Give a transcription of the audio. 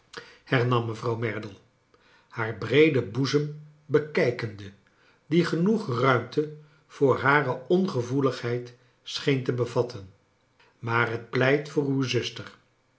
hernam me j vrouw merdle haar breeden boezem bekijkende die genoeg ruimte voor hare ongevoeligheid scheen te bevatten maar het pleit voor uw zuster